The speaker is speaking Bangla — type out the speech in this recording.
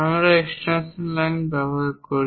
আমরা এক্সটেনশন লাইন ব্যবহার করি